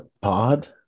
pod